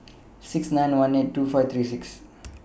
six nine one eight two five three six